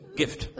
gift